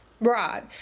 Right